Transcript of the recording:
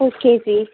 okay ਜੀ